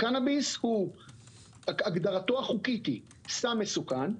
הקנביס, הגדרתו החוקית היא סם מסוכן.